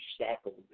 shackled